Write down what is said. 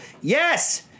Yes